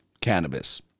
Cannabis